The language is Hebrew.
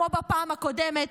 כמו בפעם הקודמת,